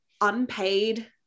unpaid